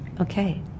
okay